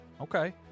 Okay